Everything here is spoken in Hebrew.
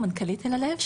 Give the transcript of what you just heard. מנכ"לית אל הלב,